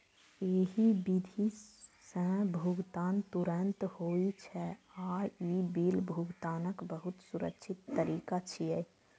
एहि विधि सं भुगतान तुरंत होइ छै आ ई बिल भुगतानक बहुत सुरक्षित तरीका छियै